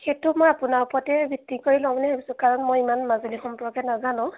সেইটো মই আপোনাৰ ওপৰতে ভিত্তি কৰি লওঁ বুলি ভাবিছোঁ কাৰণ মই ইমান মাজুলী সম্পৰ্কে নাজানো